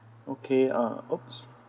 okay uh !oops!